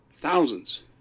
thousands